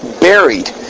buried